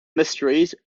mysteries